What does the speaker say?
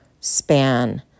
span